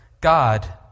God